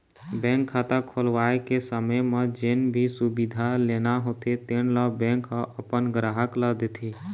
bank खाता खोलवाए के समे म जेन भी सुबिधा लेना होथे तेन ल बेंक ह अपन गराहक ल देथे